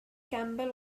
campbell